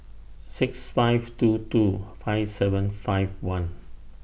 six five two two five seven five one